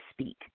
speak